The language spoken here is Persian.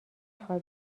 خواد